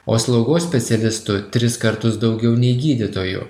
o slaugos specialistų tris kartus daugiau nei gydytojų